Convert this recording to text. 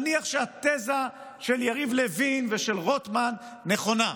נניח שהתזה של יריב לוין ושל רוטמן נכונה,